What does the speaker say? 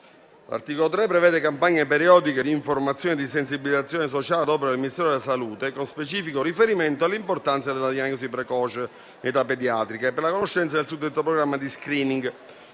L'articolo 3 prevede campagne periodiche di informazione e sensibilizzazione sociale ad opera del Ministero della salute, con specifico riferimento all'importanza della diagnosi precoce in età pediatrica e per la conoscenza del suddetto programma di *screening*,